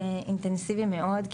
אינטנסיבי מאוד.